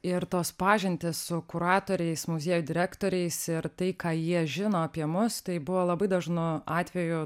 ir tos pažintys su kuratoriais muziejų direktoriais ir tai ką jie žino apie mus tai buvo labai dažnu atveju